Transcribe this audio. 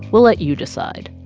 we'll let you decide.